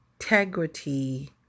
integrity